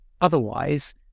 otherwise